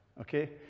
Okay